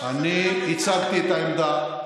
אני הצגתי את העמדה.